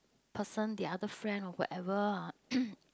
person the other friend or whatever uh